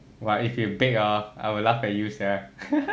!wah! if you bake ah I will laugh at you sia